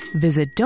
Visit